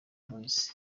boyz